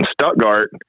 Stuttgart